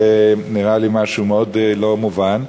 זה נראה לי משהו מאוד לא מובן.